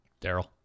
Daryl